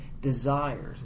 desires